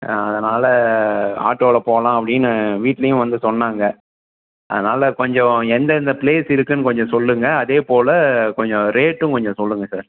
அதனால் ஆட்டோவில போகலாம் அப்படின்னு வீட்லையும் வந்து சொன்னாங்க அதனால் கொஞ்சம் எந்தெந்த ப்ளேஸ் இருக்குன்னு கொஞ்சம் சொல்லுங்கள் அதே போல் கொஞ்சம் ரேட்டும் கொஞ்சம் சொல்லுங்கள் சார்